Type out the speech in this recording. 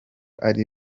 ari